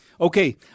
Okay